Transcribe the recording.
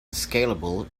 scalable